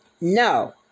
No